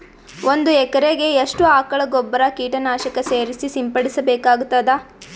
ಒಂದು ಎಕರೆಗೆ ಎಷ್ಟು ಆಕಳ ಗೊಬ್ಬರ ಕೀಟನಾಶಕ ಸೇರಿಸಿ ಸಿಂಪಡಸಬೇಕಾಗತದಾ?